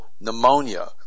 pneumonia